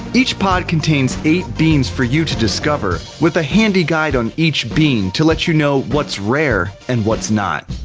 each pod contains eight beans for you to discover, with a handy guide on each bean to let you know what's rare and what's not.